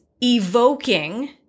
evoking